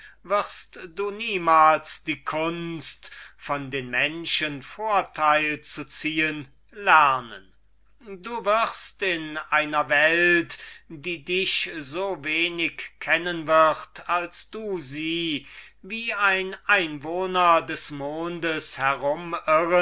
wirst du die kunst niemals lernen von den menschen vorteil zu ziehen du wirst in einer welt die dich so wenig kennen wird als du sie wie ein einwohner des monds